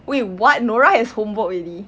wai~ what nora has homework already